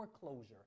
foreclosure